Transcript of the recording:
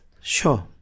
Sure